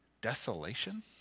Desolation